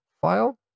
file